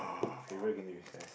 favourite game during recess